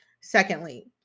Secondly